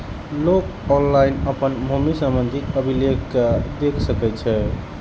लोक ऑनलाइन अपन भूमि संबंधी अभिलेख कें देख सकै छै